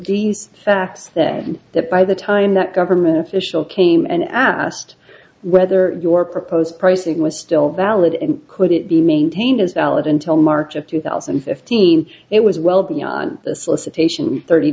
these facts then that by the time that government official came and asked whether your proposed pricing was still valid and could it be maintained as valid until march of two thousand and fifteen it was well beyond the solicitation thirty